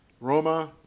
Roma